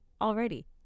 already